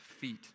feet